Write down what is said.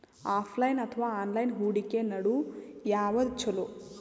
Offline ಅಥವಾ online ಹೂಡಿಕೆ ನಡು ಯವಾದ ಛೊಲೊ?